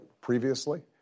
previously